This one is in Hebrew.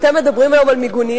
אתם מדברים היום על מיגוניות?